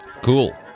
cool